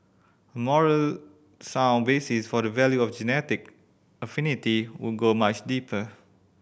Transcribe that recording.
a moral sound basis for the value of genetic affinity would go much deeper